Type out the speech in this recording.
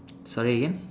sorry again